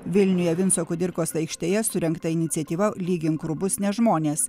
vilniuje vinco kudirkos aikštėje surengta iniciatyva lygink rūbus ne žmones